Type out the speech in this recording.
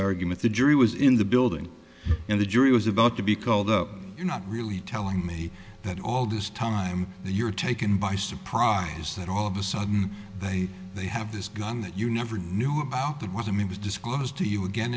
argument the jury was in the building and the jury was about to be called up you're not really telling me that all this time you're taken by surprise that all of a sudden they they have this gun that you never knew about that was i mean was disclosed to you again